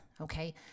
Okay